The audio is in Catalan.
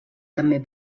també